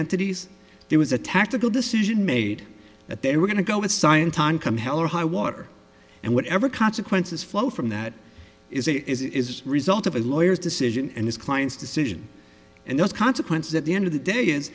entities there was a tactical decision made that they were going to go with scientology come hell or high water and whatever consequences flow from that is it is it is a result of his lawyers decision and his client's decision and those consequences at the end of the day